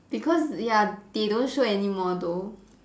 because ya they don't show anymore though